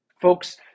Folks